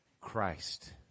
Christ